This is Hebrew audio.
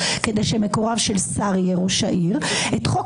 כדי שמקורב של שר יהיה ראש העיר; את חוק